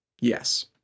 yes